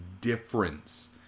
difference